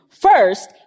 First